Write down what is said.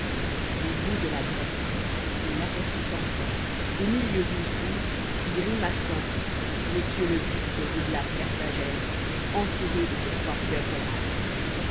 au bout de la grotte il aperçut encore au milieu d'une foule grimaçant m le duc de rudelame carthagène entouré de ses trois pieuvres mâles